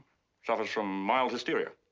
suffers from mild hysteria.